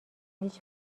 هیچ